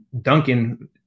Duncan